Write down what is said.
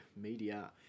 Media